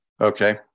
Okay